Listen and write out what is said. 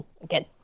again